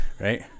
right